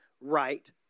right